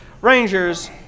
Rangers